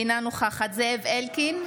אינה נוכחת זאב אלקין,